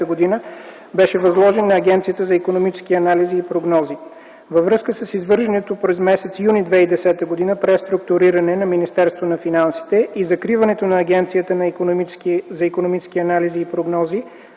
бяха възложени на Агенцията за икономически анализи и прогнози. Във връзка с извършеното през м. юни 2010 г. преструктуриране на Министерството на финансите и закриването на Агенцията за икономически анализи и прогнози